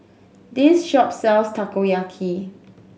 this shop sells Takoyaki